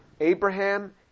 Abraham